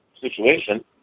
situation